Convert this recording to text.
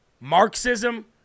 Marxism